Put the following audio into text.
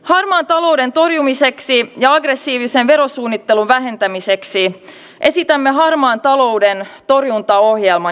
harmaan talouden torjumiseksi ja aggressiivisen verosuunnittelun vähentämiseksi esitämme harmaan talouden torjuntaohjelman jatkamista